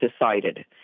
decided